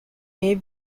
may